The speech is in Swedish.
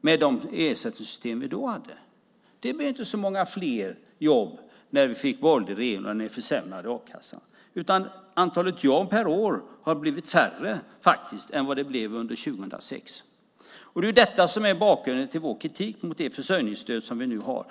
med det ersättningssystem vi då hade. Det blev inte så många fler jobb när vi fick en borgerlig regering och ni försämrade a-kassan. Antalet nya jobb per år har faktiskt blivit färre än vad det var år 2006. Det är detta som är bakgrunden till vår kritik mot det försörjningsstöd som vi nu har.